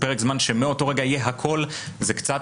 פרק זמן שמאותו רגע יהיה הכול זה קצת,